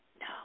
No